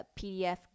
PDF